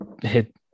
hit